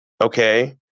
okay